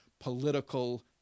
political